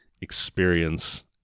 experience